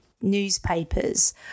newspapers